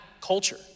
culture